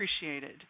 appreciated